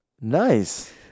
nice